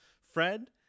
fred